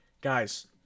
guys